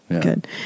good